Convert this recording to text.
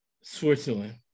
switzerland